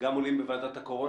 גם עולים בוועדת הקורונה.